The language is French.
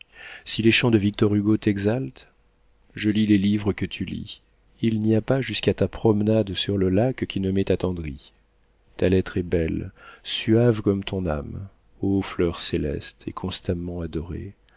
si les chants de victor hugo t'exaltent je lis les livres que tu lis il n'y a pas jusqu'à ta promenade sur le lac qui ne m'ait attendri ta lettre est belle suave comme ton âme o fleur céleste et constamment adorée